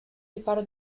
riparo